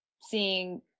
seeing